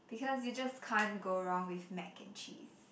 because you just can't go wrong with mac and cheese